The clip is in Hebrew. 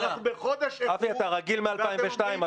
אבי, אתה רגיל מ-2002.